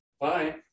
Bye